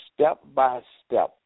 step-by-step